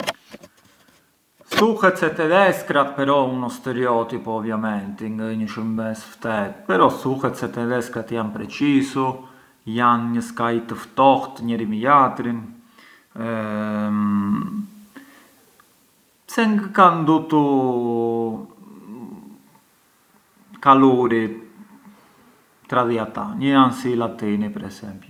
Thuhet se tedheskërat, però ë uno stereotipo ovviamenti, ngë ë një shurbes ftet però thuhet se tedheskërat jan precisu, jan një skaj të ftohtë njeri mbi jatrin, se ngë kan ndutu caluri tra di ata, ngë jan si i latini per esempiu.